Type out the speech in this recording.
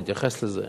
אני אתייחס לזה,